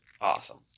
Awesome